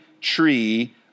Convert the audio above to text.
tree